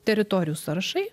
teritorijų sąrašai